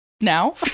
now